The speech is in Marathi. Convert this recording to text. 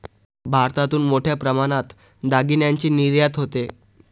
भारतातून मोठ्या प्रमाणात दागिन्यांची निर्यात होते